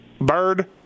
bird